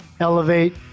Elevate